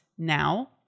now